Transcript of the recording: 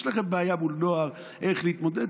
יש לכם בעיה מול נוער איך להתמודד?